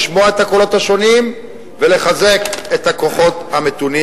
לשמוע את הקולות השונים ולחזק את הכוחות המתונים,